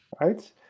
right